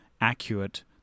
accurate